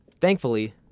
Thankfully